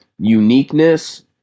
uniqueness